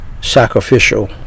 sacrificial